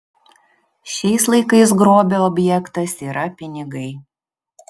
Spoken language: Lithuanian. šiais laikais grobio objektas yra pinigai